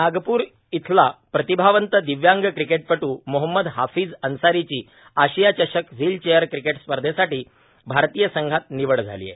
नागपूर इथला प्रतिभावंत दिव्यांग किकेटपटू मोहम्मद हाफीज अन्सारीची आशिया चषक व्हीलचेअर किकेट स्पर्धेसाठी भारतीय संघात निवड झाली आहे